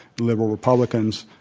liberal republicans.